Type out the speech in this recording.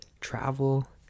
travel